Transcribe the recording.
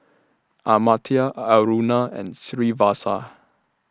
Amartya Aruna and Srinivasa